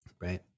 right